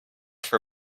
for